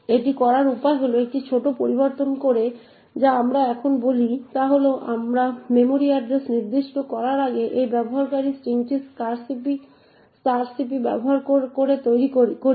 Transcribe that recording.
এটি করার উপায় হল একটি ছোট পরিবর্তন করে যা আমরা এখন বলি তা হল আমরা মেমরির এড্রেস নির্দিষ্ট করার আগে এই ব্যবহারকারীর স্ট্রিংটি strcpy ব্যবহার করে তৈরি করি